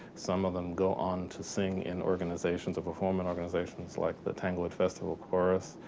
some of them go on to sing in organizations or performing organizations, like the tanglewood festival chorus.